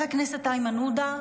חבר הכנסת איימן עודה,